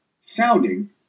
sounding